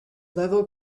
level